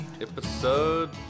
episode